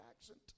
accent